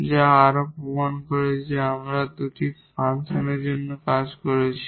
যা আমরা প্রমাণ করতে পারি যে আমরা দুটি ফাংশনের জন্য করেছি